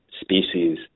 species